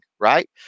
Right